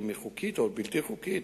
הוא חוקי או בלתי חוקי,